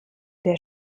der